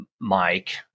Mike